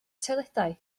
toiledau